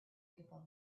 people